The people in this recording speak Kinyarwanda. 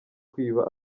kwiba